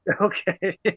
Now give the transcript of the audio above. Okay